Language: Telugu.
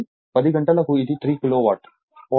కాబట్టి 10 గంటలకు ఇది 3 కిలోవాట్ పవర్ ఫ్యాక్టర్ 0